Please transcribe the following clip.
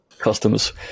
customers